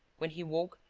when he woke,